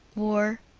war.